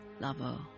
lover